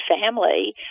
family